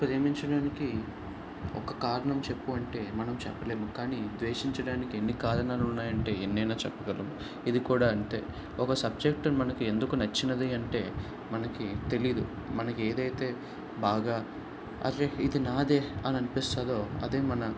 ప్రేమించటానికి ఒక కారణం చెప్పు అంటే మనం చెప్పలేము కానీ ద్వేషించటానికి ఎన్ని కారణాలు ఉన్నాయంటే ఎన్నైనా చెప్పగలం ఇది కూడా అంతే ఒక సబ్జెక్ట్ మనకి ఎందుకు నచ్చింది అంటే మనకి తెలియదు మనకి ఏదైతే బాగా అర్రె ఇది నాదే అని అనిపిస్తుందో అది మన